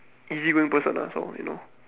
easygoing person ah so you know